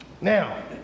Now